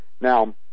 Now